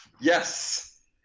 Yes